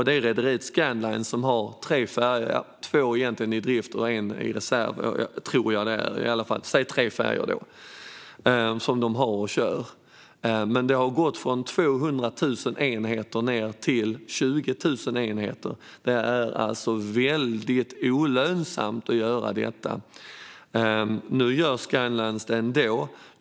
Det är rederiet Scandlines som har tre färjor, tror jag att det är - två i drift och en i reserv. Men det har gått från 200 000 enheter ned till 20 000 enheter. Det är alltså väldigt olönsamt att göra detta. Nu gör Scandlines det ändå.